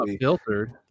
filtered